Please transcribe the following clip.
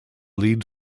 lead